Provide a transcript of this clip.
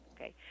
okay